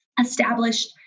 established